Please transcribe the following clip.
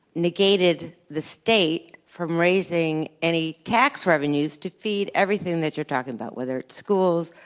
negated the state from raising any tax revenues to feed everything that you are talking about, whether it's schools,